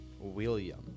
William